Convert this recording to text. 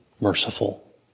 merciful